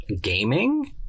gaming